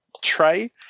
tray